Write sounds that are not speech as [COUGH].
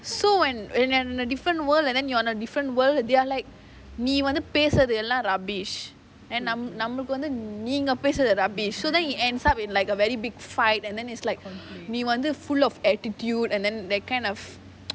so when when I am in a different world and then you are on a different world they are like நீ வந்து பேசுறது எல்லாம்:nee vanthu pesurathu ellaam rubbish and நம்மளுக்கு வந்து நீங்க பேசுறது:namaluku vanthu neenga pesurathu rubbish so then it ends up in like a very big fight and then it's like நீ வந்து:nee vanthu full of attitude and then that kind of [NOISE]